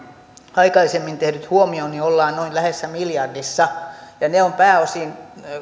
aikaisemmin tehdyt huomioon niin ollaan noin lähes miljardissa ja ne on pääosin